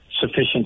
sufficient